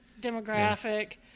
demographic